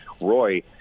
roy